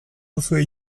duzue